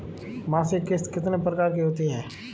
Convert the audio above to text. मासिक किश्त कितने प्रकार की होती है?